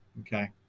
Okay